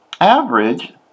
average